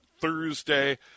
Thursday